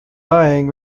lying